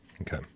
Okay